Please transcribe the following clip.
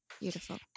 Beautiful